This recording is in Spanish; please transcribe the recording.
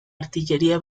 artillería